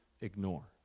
ignore